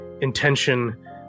intention